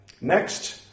next